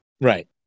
Right